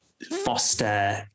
Foster